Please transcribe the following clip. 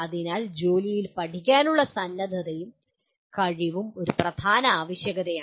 അതിനാൽ ജോലിയിൽ പഠിക്കാനുള്ള സന്നദ്ധതയും കഴിവും ഒരു പ്രധാന ആവശ്യകതയാണ്